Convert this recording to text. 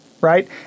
right